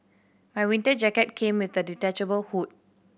my winter jacket came with a detachable hood